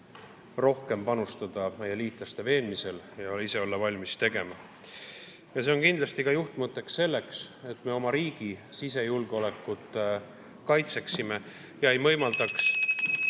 rohkem panustada meie liitlaste veenmisel ja olla ise valmis [rohkem] tegema. See on kindlasti ka juhtmõte selleks, et me oma riigi sisejulgeolekut kaitseksime ega võimaldaks